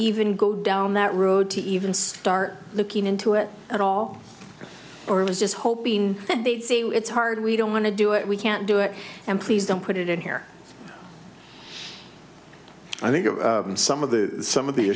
even go down that road to even start looking into it at all or was just hoping that they'd see it's hard we don't want to do it we can't do it and please don't put it in here i think of some of the some of the